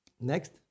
Next